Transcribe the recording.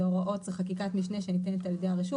אלו הוראות וזה חקיקת משנה שניתנת על ידי הרשות